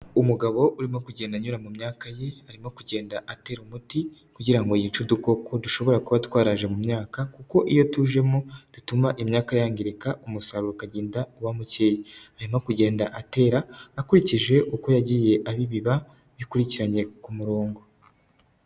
Umugabo urimo kugenda anyura mu myaka ye, arimo kugenda atera umuti kugira ngo yice udukoko dushobora kuba twaraje mu myaka, kuko iyo tujemo bituma imyaka yangirika umusaruro ukagenda uba mukeya. Arimo kugenda atera akurikije uko yagiye abibiba bikurikiranye ku murongo.